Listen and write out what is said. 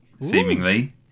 seemingly